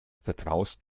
vertraust